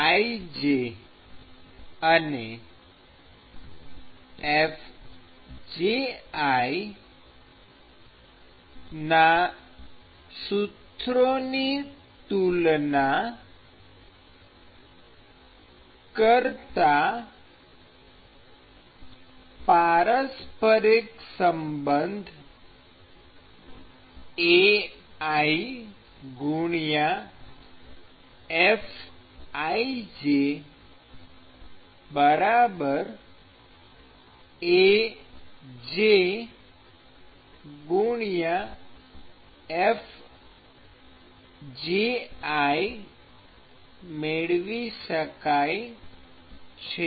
Fij અને Fji ના સૂત્રોની તુલના કરતાં પારસ્પરિક સંબંધ AiFij AjFji મેળવી શકાય છે